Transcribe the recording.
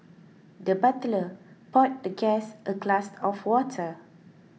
the butler poured the guest a glass of water